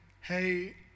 hey